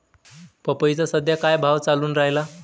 पपईचा सद्या का भाव चालून रायला?